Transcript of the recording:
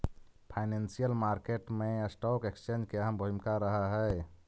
financial market मैं stock exchange के अहम भूमिका रहऽ हइ